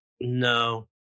No